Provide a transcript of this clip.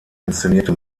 inszenierte